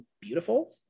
beautiful